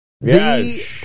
Yes